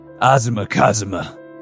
Azuma-Kazuma